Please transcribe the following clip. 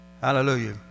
Hallelujah